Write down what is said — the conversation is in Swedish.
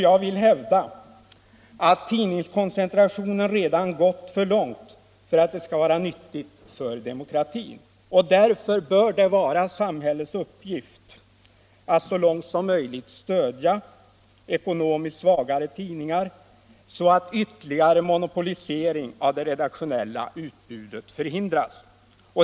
Jag vill hävda att tidningskoncentrationen redan har gått för långt för att det skall vara nyttigt för demokratin, och därför bör det vara samhällets uppgift att så långt som möjligt stödja ekonomiskt svagare tidningar, så att ytterligare monopolisering av det redaktionella utbudet förhindras.